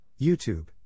youtube